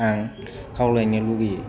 आं खावलायनो लुगैयो